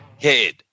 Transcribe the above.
head